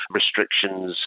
restrictions